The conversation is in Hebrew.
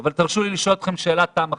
אבל תרשו לי לשאול אתכם שאלת תם אחת: